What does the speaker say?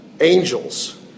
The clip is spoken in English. angels